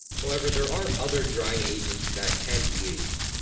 however there are other drying agents that can be used.